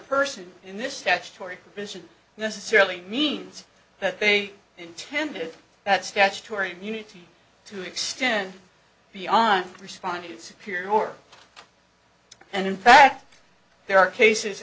person in this statutory provision necessarily means that they intended that statutory immunity to extend beyond responded secure and in fact there are cases